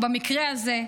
ובמקרה הזה,